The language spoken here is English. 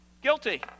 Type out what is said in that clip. guilty